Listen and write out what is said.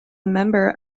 member